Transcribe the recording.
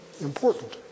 important